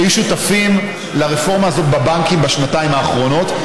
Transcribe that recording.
היו שותפים לרפורמה הזאת בבנקים בשנתיים האחרונות.